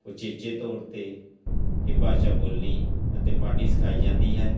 ਉਚੇਚੇ ਤੌਰ 'ਤੇ ਇਹ ਭਾਸ਼ਾ ਬੋਲਣੀ ਅਤੇ ਪੜ੍ਹਨੀ ਸਿਖਾਈ ਜਾਂਦੀ ਹੈ